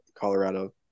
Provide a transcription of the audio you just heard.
Colorado